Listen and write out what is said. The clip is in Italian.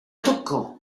toccò